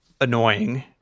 annoying